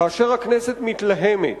כאשר הכנסת מתלהמת,